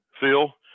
Phil